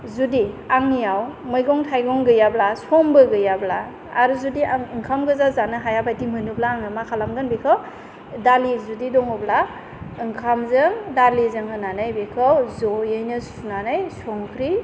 जुदि आनियाव मैगं थाइगं गैयाब्ला समबो गैयाब्ला आरो जुदि आं ओंखाम गोजा जानो हाया बादि मोनोब्ला आङो मा खालामगोन बेखौ दालि जुदि दङ'ब्ला ओंखामजों दालिजों होनानै बेखौ ज'वैनो सुनानै संख्रि